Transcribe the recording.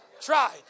Tried